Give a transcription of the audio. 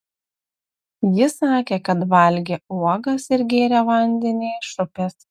ji sakė kad valgė uogas ir gėrė vandenį iš upės